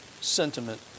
sentiment